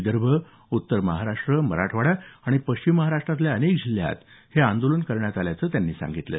विदर्भ उत्तर महाराष्ट्र मराठवाडा आणि पश्चिम महाराष्ट्रातल्या अनेक जिल्ह्यात हे आंदोलन करण्यात आल्याचं त्यांनी म्हटलं आहे